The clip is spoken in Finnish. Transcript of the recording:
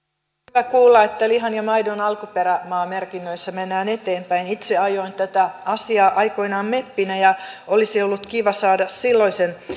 hyvä kuulla että lihan ja maidon alkuperämaamerkinnöissä mennään eteenpäin itse ajoin tätä asiaa aikoinaan meppinä ja olisi ollut kiva saada silloisen